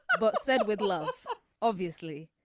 but said with love obviously.